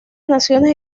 naciones